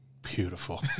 Beautiful